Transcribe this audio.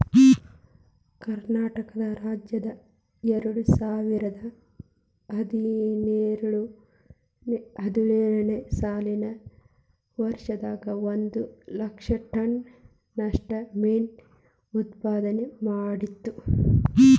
ಕರ್ನಾಟಕ ರಾಜ್ಯ ಎರಡುಸಾವಿರದ ಹದಿನೇಳು ನೇ ಸಾಲಿನ ವರ್ಷದಾಗ ಒಂದ್ ಲಕ್ಷ ಟನ್ ನಷ್ಟ ಮೇನು ಉತ್ಪಾದನೆ ಮಾಡಿತ್ತು